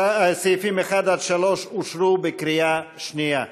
סעיפים 1 3 אושרו בקריאה שנייה.